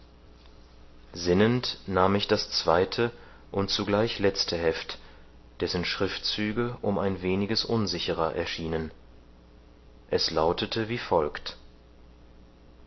sinnend nahm ich das zweite und zugleich letzte heft dessen schriftzüge um ein weniges unsicherer erschienen es lautete wie folgt